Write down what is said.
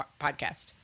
podcast